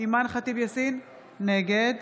אימאן ח'טיב יאסין, נגד